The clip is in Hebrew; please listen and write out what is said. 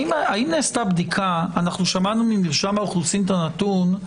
שמענו ממרשם האוכלוסין את הנתון,